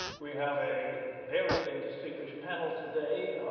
we have a varied and distinguished panel today.